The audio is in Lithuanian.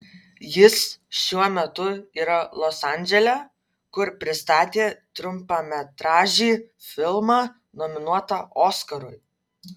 jis šiuo metu yra los andžele kur pristatė trumpametražį filmą nominuotą oskarui